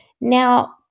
Now